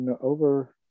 over